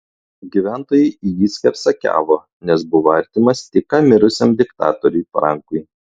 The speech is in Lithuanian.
gyventojai į jį skersakiavo nes buvo artimas tik ką mirusiam diktatoriui frankui